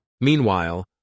Meanwhile